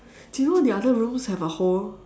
do you know the other rooms have a hole